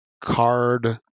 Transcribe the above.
card